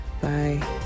Bye